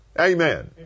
Amen